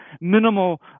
minimal